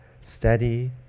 steady